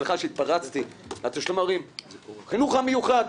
סליחה שהתפרצתי החינוך המיוחד,